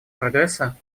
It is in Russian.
прогресса